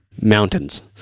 mountains